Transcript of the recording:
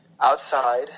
outside